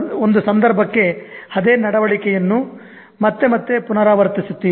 ಒಂದು ಸಂದರ್ಭಕ್ಕೆ ಅದೇ ನಡವಳಿಕೆಯನ್ನು ಮತ್ತೆ ಮತ್ತೆ ಪುನರಾವರ್ತಿಸುತ್ತೀರಿ